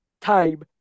time